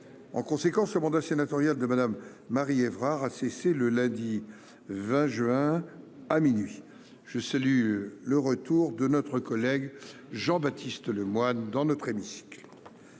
En conséquence, le mandat sénatorial de Mme Marie Evrard a cessé le lundi 20 juin, à minuit. Je salue le retour de notre collègue Jean-Baptiste Lemoyne dans notre hémicycle.